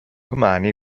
domani